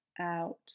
out